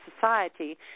society